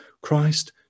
Christ